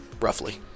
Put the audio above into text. roughly